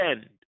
end